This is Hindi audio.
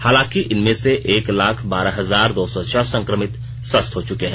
हालांकि इनमें से एक लाख बारह हजार दो सौ छह संक्रमित स्वस्थ हो चुके हैं